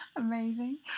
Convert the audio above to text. Amazing